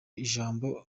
ijambo